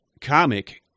comic